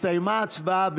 הסתיימה ההצבעה.